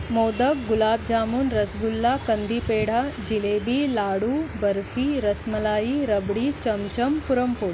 मोदक गुलाबजामून रसगुल्ला कंदी पेढा जिलेबी लाडू बर्फी रसमलाई रबडी चमचम पुरणपोळी